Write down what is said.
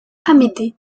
amédée